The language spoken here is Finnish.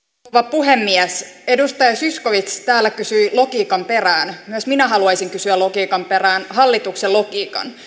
puhemies edustaja zyskowicz täällä kysyi logiikan perään myös minä haluaisin kysyä logiikan perään hallituksen logiikan